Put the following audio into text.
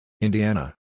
Indiana